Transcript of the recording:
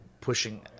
pushing